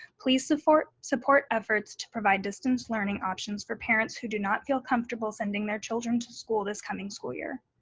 please support support efforts to provide distance learning options for parents who do not feel comfortable sending their children to school this coming school year.